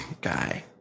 guy